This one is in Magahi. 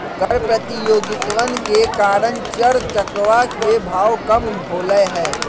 कर प्रतियोगितवन के कारण चर चकवा के भाव कम होलय है